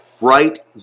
right